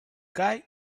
guy